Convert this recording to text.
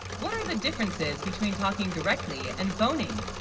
what are the differences between talking directly and phoning